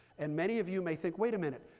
and many of you may think, wait a minute,